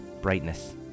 brightness